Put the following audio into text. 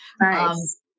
Nice